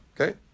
okay